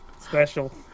Special